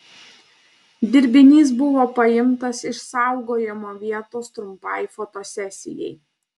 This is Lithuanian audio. dirbinys buvo paimtas iš saugojimo vietos trumpai fotosesijai